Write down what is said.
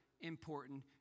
important